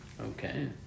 Okay